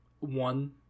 one